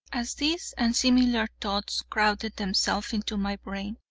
as these and similar thoughts crowded themselves into my brain,